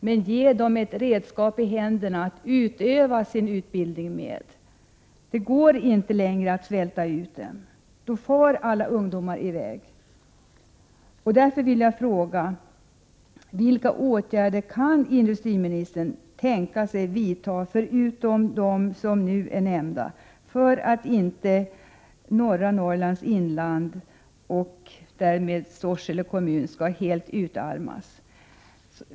Men ge dem ett redskap i händerna, så att de kan använda sin utbildning! Det går inte längre att svälta ut dem. Då far alla ungdomar sin väg. Därför vill jag fråga: Vilka åtgärder kan industriministern tänka sig vidta, förutom dem som nu har nämnts, för att inte norra Norrlands inland och därmed Sorsele kommun skall helt utarmas?